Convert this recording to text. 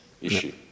issue